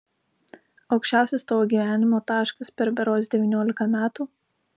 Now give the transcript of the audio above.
aukščiausias tavo gyvenimo taškas per berods devyniolika metų